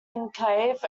enclave